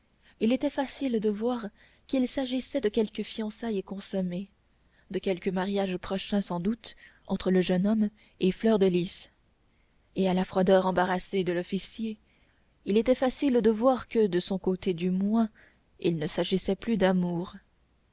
il était facile de voir qu'il s'agissait de quelque fiançaille consommée de quelque mariage prochain sans doute entre le jeune homme et fleur de lys et à la froideur embarrassée de l'officier il était facile de voir que de son côté du moins il ne s'agissait plus d'amour